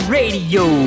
Radio